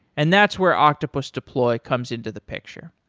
and that's where octopus deploy comes into the picture.